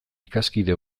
ikaskide